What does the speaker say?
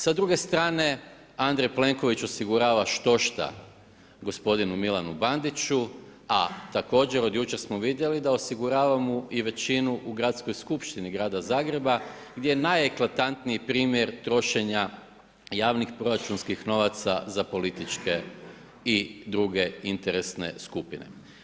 Sa druge strane Andrej Plenković osigurava štošta g. Milanu Bandiću, a također od jučer smo vidjeli i da osigurava mu i većinu gradskoj skupštini Grada Zagreba, gdje je najeklatantniji primjer trošenja javnih proračunskih novaca za političke i druge interesne skupine.